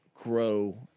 grow